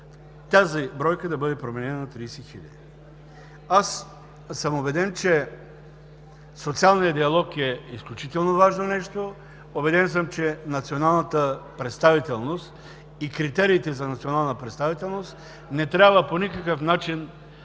тази бройка да бъде променена на 30 хиляди. Аз съм убеден, че социалният диалог е изключително важно нещо. Убеден съм, че националната представителност и критериите за национална представителност по никакъв начин не трябва